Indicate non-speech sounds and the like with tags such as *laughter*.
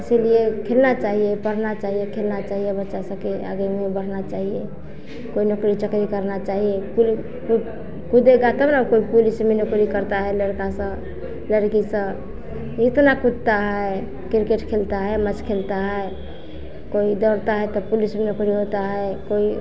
इसीलिए खेलना चाहिए पढ़ना चाहिए खेलना चाहिए बच्चा सब के आगे में बढ़ना चाहिए कोई न कोई चकरी करना चाहिए खेल कूदेगा तो न *unintelligible* पुलिस में नौकरी करता है लड़का सब लड़की सब एके न कूतता है क्रिकेट खेलता है मैच खेलता है कूदे होता है तो पुलिस की नौकरी होता है कोई